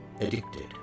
addicted